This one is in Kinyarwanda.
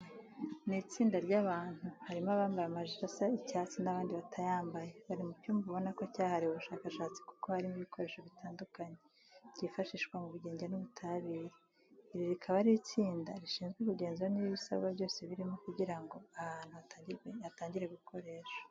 Ni itsenda ry'abantu harimo abambaye amajire asa icyatsi n'abandi batayambaye. Bari mu cyumba ubona ko cyahariwe ubushakashatsi kuko harimo ibikoresho bitandukanye byifashishwa mu bugenge n'ubutabire. Iri rikaba ari itsinda rishinzwe kugenzura niba ibisabwa byose biromo kugira ngo aha hantu hatangire gukoreshwa.